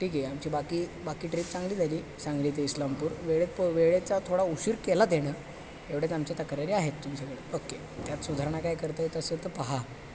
ठीक आहे आमची बाकी बाकी ट्रीप चांगली झाली सांगली ती इस्लामपूर वेळेत पो वेळेचा थोडा उशीर केला त्यानं एवढेच आमचे तक्रारी आहेत तुमच्याकडं ओके त्यात सुधारणा काय करता येत असेल तर पहा